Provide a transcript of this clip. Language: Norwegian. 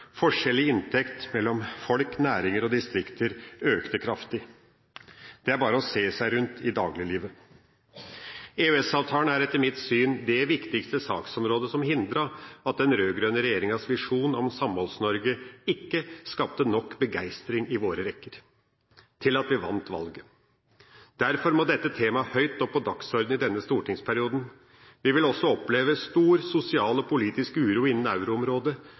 forskjell i inntekt mellom folk, næringer og distrikter økt kraftig. Det er bare å se seg rundt i dagliglivet. EØS-avtalen er etter mitt syn det viktigste saksområdet som hindret at den rød-grønne regjeringas visjon om Samholds-Norge ikke skapte nok begeistring i våre rekker til at vi vant valget. Derfor må dette temaet høyt opp på dagsordenen i denne stortingsperioden. Vi vil også oppleve stor sosial og politisk uro innen